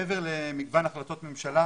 מעבר למגוון החלטות ממשלה.